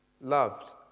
loved